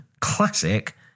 classic